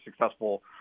successful